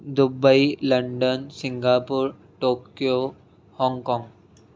Dubai London Singapore Tokyo Hong Kong